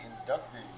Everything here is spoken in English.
inducted